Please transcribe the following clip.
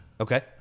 Okay